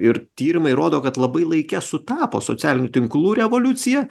ir tyrimai rodo kad labai laike sutapo socialinių tinklų revoliucija